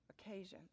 occasions